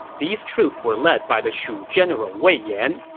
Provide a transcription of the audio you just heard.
these troops were led by the shu general wei yan,